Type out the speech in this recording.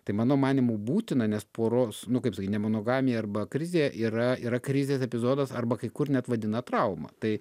tai mano manymu būtina nes poros nu kaip sakyt nemonogamija arba krizė yra yra krizės epizodas arba kai kur net vadina trauma tai